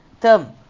term